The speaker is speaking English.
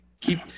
keep